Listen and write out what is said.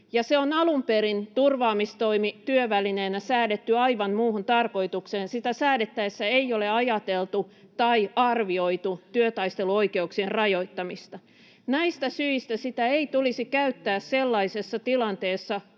se on alun perin turvaamistoimityövälineenä säädetty aivan muuhun tarkoitukseen. Sitä säädettäessä ei ole ajateltu tai arvioitu työtaisteluoikeuksien rajoittamista. Näistä syistä sitä ei tulisi käyttää sellaisessa tilanteessa,